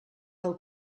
del